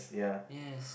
yes